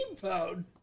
phone